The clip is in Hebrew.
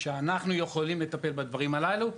שיכולה לטפל בדברים הללו.